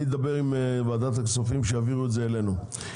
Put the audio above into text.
אני אדבר עם ועדת הכספים שיעבירו את זה אלינו.